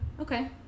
Okay